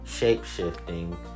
shape-shifting